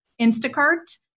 Instacart